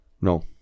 No